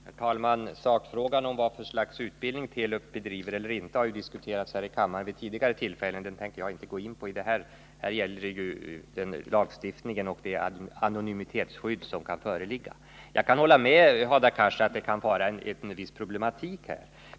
Herr talman! Sakfrågan om vad för slags utbildning Telub bedriver har ju tidigare diskuterats här i kammaren — den tänker jag inte gå in på. Nu gäller det ju lagstiftningen och det anonymitetsskydd som kan föreligga. Jag kan hålla med Hadar Cars om att det kan vara en viss problematik här.